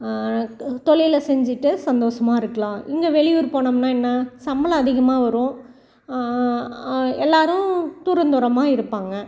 க தொழில செஞ்சுட்டு சந்தோஷமா இருக்கலாம் இங்கே வெளியூர் போனோம்னால் என்ன சம்பளம் அதிகமாக வரும் எல்லாேரும் தூரம் தூரமாக இருப்பாங்க